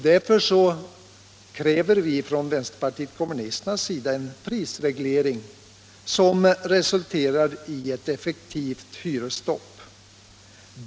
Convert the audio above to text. Därför kräver vi från vänsterpartiet kommunisternas sida en prisreglering som resulterar i ett effektivt hyresstopp.